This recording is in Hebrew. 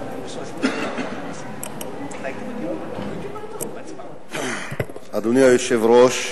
אדוני היושב-ראש,